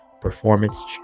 Performance